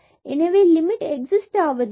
எனவே limit exist ஆவது இல்லை